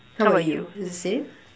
how about you is the same or